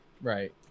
Right